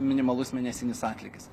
minimalus mėnesinis atlygis